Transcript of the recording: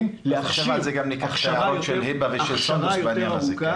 כן להכשיר --- ניקח גם את ההערות של היבה ושל סונדוס בעניין הזה.